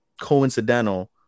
coincidental